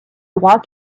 droit